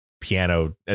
piano